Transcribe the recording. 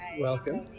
welcome